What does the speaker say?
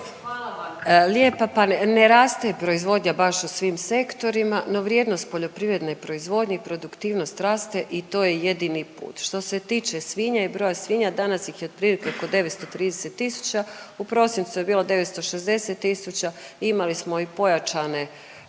hvala lijepa, pa ne raste proizvodnja baš u svim sektorima, no vrijednost poljoprivredne proizvodnje, produktivnost raste i to je jedini put. Što se tiče svinja i broja svinja danas ih je otprilike oko 930 tisuća, u prosincu je bilo 960 tisuća, imali smo pojačane